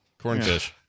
Cornfish